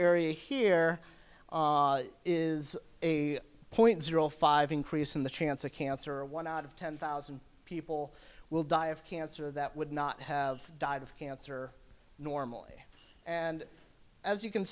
area here is a point zero five increase in the chance of cancer one out of ten thousand people will die of cancer that would not have died of cancer normally and as you can